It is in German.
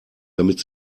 damit